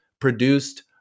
produced